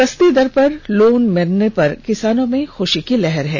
सस्ती दर पर लोन मिलने पर किसानों में ख्षी की लहर है